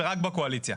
ורק בקואליציה.